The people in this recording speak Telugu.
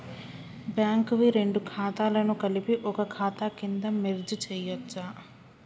బ్యాంక్ వి రెండు ఖాతాలను కలిపి ఒక ఖాతా కింద మెర్జ్ చేయచ్చా?